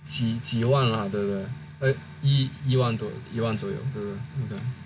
几几万啦对不对一万多一万左右